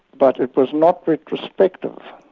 but it was not retrospective.